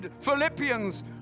Philippians